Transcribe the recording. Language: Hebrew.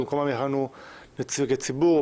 ובמקומם יכהנו נציגי ציבור.